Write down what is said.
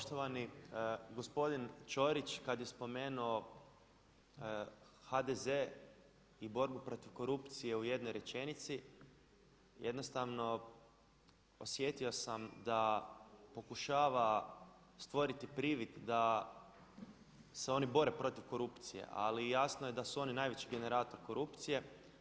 Poštovani gospodin Ćorić kada je spomenuo HDZ i borbu protiv korupcije u jednoj rečenici jednostavno osjetio sam da pokušava stvoriti privid da se oni bore protiv korupcije ali jasno je da su oni najveći generator korupcije.